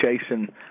chasing